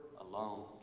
alone